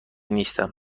نیستم